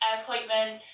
appointment